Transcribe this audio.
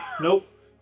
Nope